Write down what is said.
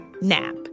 nap